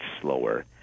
slower